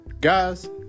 Guys